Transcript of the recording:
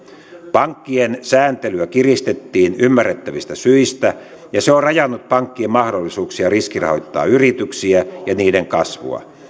pankkien sääntelyä kiristettiin ymmärrettävistä syistä ja se on on rajannut pankkien mahdollisuuksia riskirahoittaa yrityksiä ja niiden kasvua